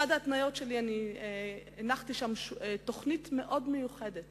אחת ההתניות שלי, אני הנחתי תוכנית מאוד מיוחדת